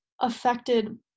affected